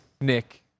Nick